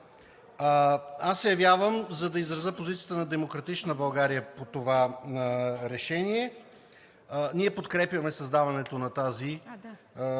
Явявам се, за да изразя позицията на „Демократична България“ по това решение. Ние подкрепяме създаването на тази